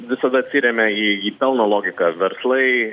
visada atsiremia į į pelno logiką verslai